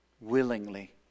willingly